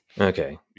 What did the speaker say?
okay